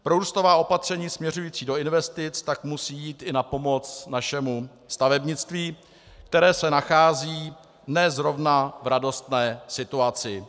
Prorůstová opatření směřující do investic tak musí jít i na pomoc našemu stavebnictví, které se nachází ne zrovna v radostné situaci.